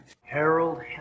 harold